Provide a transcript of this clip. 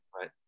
right